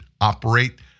operate